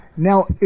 Now